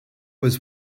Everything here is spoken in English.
was